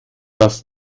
das